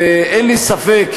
אין לי ספק,